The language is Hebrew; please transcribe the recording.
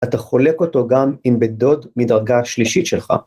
‫אתה חולק אותו גם עם בן דוד ‫מדרגה שלישית שלך.